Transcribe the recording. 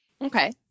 Okay